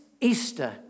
Easter